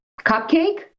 cupcake